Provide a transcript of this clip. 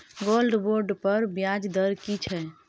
Gold bond पर ब्याज दर की छै?